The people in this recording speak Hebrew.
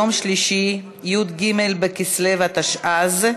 שלישי, י"ג בכסלו התשע"ז,